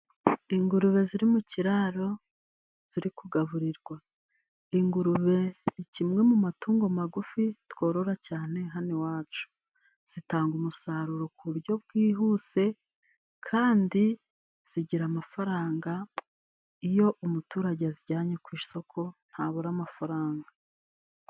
Ingurube ziri mu kiraro, ziri kugaburirwa, ingurube ni kimwe mu matungo magufi, tworora cyane hano iwacu, zitanga umusaruro ku buryo bwihuse, kandi zigira amafaranga, iyo umuturage azijyanye ku isoko ntabura amafaranga.